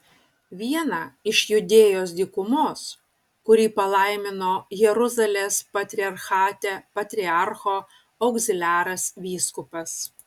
vieną iš judėjos dykumos kurį palaimino jeruzalės patriarchate patriarcho augziliaras vyskupas